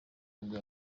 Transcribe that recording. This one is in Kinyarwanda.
nibwo